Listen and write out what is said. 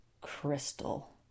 Crystal